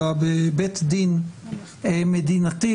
אלא בבית דין מדינתי,